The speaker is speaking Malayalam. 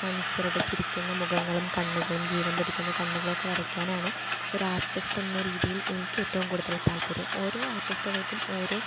മനുഷ്യരുടെ ചിരിക്കുന്ന മുഖങ്ങളും കണ്ണുകളും ജീവൻ തുടിക്കുന്ന കണ്ണുകളുമൊക്കെ വരയ്ക്കാനാണ് ഒരു ആർട്ടിസ്റ്റ് എന്ന രീതിയിൽ എനിക്ക് ഏറ്റവും കൂടുതൽ താല്പര്യം ഓരോ ആര്ട്ടിസ്റ്റുകള്ക്കും ഓരോ